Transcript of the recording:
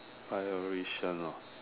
I a rational